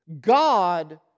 God